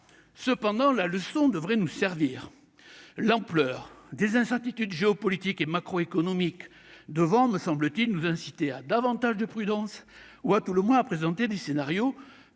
Cependant, la leçon devrait nous servir : l'ampleur des incertitudes géopolitiques et macroéconomiques doit, me semble-t-il, nous inciter à davantage de prudence, à tout le moins, à présenter des scénarios